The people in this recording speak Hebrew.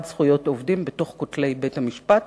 זכויות עובדים בין כותלי בית-המשפט,